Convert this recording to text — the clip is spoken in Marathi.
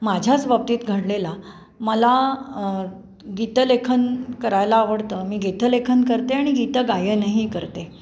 माझ्याच बाबतीत घडलेला मला गीतलेखन करायला आवडतं मी गीतलेखन करते आणि गीतगायनही करते